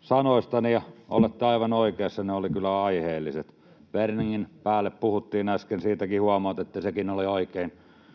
sanoistani, ja olette aivan oikeassa, ne olivat kyllä aiheelliset. Werningin päälle puhuttiin äsken, siitäkin huomautettiin, sekin oli oikein,